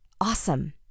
Awesome